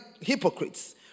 hypocrites